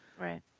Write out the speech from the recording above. right